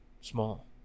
small